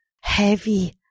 Heavy